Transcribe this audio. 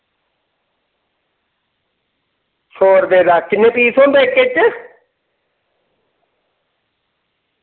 सौ रपेऽ दा किन्ने पीस होंदे इक च